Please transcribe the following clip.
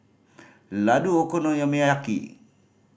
Ladoo